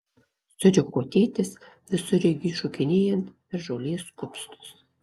suriko tėtis visureigiui šokinėjant per žolės kupstus